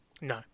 No